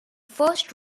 first